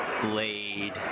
Blade